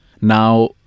Now